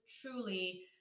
truly